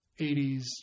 80s